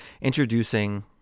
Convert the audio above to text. introducing